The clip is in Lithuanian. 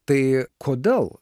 tai kodėl